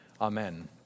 Amen